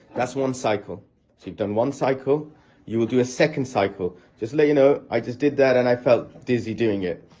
that's one cycle, so you've done one cycle you will do a second cycle, just to let you know i just did that and i felt dizzy doing it,